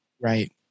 Right